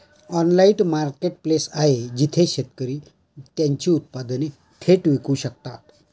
Online marketplace आहे जिथे शेतकरी त्यांची उत्पादने थेट विकू शकतात?